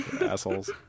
Assholes